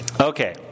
Okay